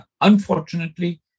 unfortunately